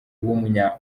w’umunya